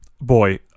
boy